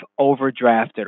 overdrafted